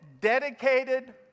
dedicated